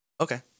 Okay